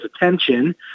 attention